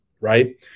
right